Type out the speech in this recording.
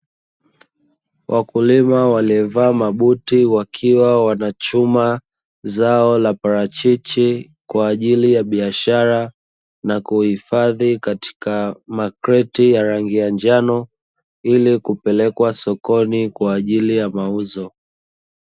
Wakulima waliovaa mabuti wakiwa wanachuma zao la parachichi kwa ajili ya biashara, na kuhifadhi katika makreti ya rangi ya njano, ili kupelekwa sokoni kwa ajili ya mauzo.